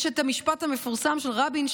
יש את המשפט המפורסם של רבין,